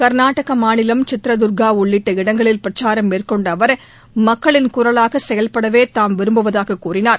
கர்நாடக மாநிலம் சித்ரதுர்கா உள்ளிட்ட இடங்களில் பிரச்சாரம் மேற்கொண்ட அவர் மக்களின் குரலாக செயல்படவே தாம் விரும்புவதாகக் கூறினார்